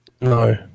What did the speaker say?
No